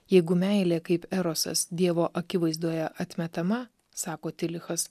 jeigu meilė kaip erosas dievo akivaizdoje atmetama sako tilichas